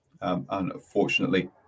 unfortunately